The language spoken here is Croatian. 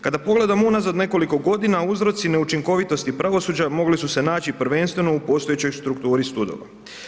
Kada pogledamo unazad nekoliko godina uzroci neučinkovitosti pravosuđa mogli su se naći prvenstveno u postojećoj strukturi sudova.